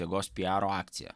jėgos piaro akcija